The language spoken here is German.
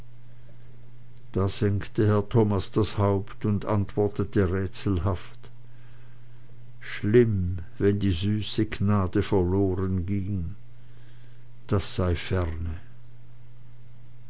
da senkte herr thomas das haupt und antwortete rätselhaft schlimm wenn süße gnade verlorenging das sei ferne